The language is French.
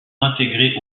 intégrés